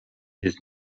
his